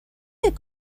their